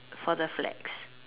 for the flags